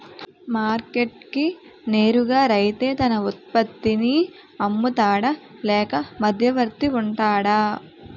Market కి నేరుగా రైతే తన ఉత్పత్తి నీ అమ్ముతాడ లేక మధ్యవర్తి వుంటాడా?